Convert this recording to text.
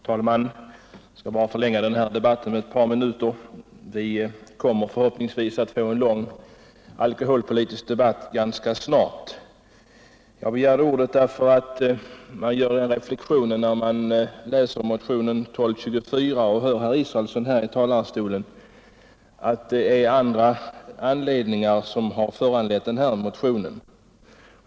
Herr talman! Jag skall bara förlänga den här diskussionen med ett par minuter ; vi kommer förhoppningsvis att få en lång alkoholpolitisk debatt ganska snart. Man gör reflexionen, när man läser motionen 1224 och hör herr Israelsson här i talarstolen, att det är andra värderingar än alkoholpolitiska som har föranlett den motionen.